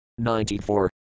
94